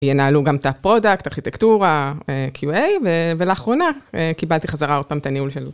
ינהלו גם את הפרודקט, ארכיטקטורה, QA, ולאחרונה קיבלתי חזרה עוד פעם את הניהול שלו.